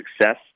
success